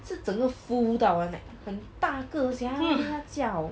是整个 full 到完 leh 很大个 sia 他叫